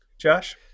Josh